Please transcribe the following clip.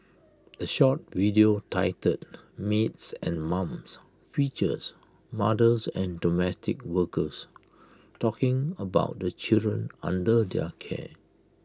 the short video titled maids and mums features mothers and domestic workers talking about the children under their care